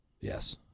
Yes